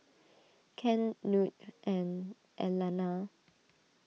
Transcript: Ken Knute and Elana